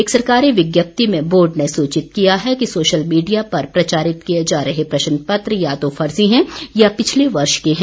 एक सरकारी विज्ञप्ति में बोर्ड ने सूचित किया है कि सोशल मीडिया पर प्रचारित किए जा रहे प्रश्न पत्र या तो फर्जी हैं या पिछले वर्ष के हैं